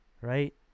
right